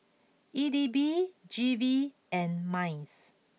E D B G V and Minds